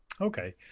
okay